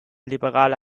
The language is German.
liberale